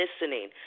listening